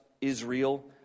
Israel